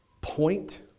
point